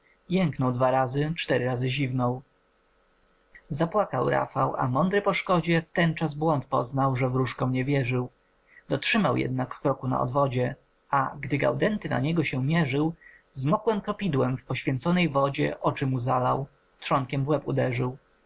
kiwnął dwa razy jęknął cztery razy ziwnął zapłakał rafał a mądry po szkodzie wtenczas błąd poznał że wróżkom nie wierzył dotrzymał jednak kroku na odwodzie a gdy gaudenty na niego się mierzył z mokrem kropidłem w poświęconej wodzie oczy mu zalał trzonkiem w łeb uderzył